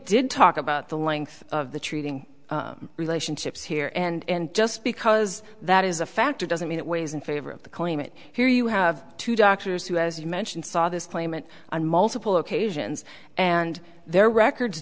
did talk about the length of the treating relationships here and just because that is a factor doesn't mean it weighs in favor of the coin it here you have two doctors who as you mentioned saw this claimant on multiple occasions and their records